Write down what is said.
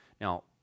Now